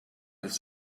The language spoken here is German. ist